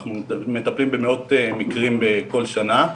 אנחנו מטפלים במאות מקרים בכל שנה,